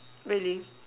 really